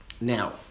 Now